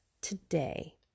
today